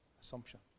assumption